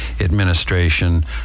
Administration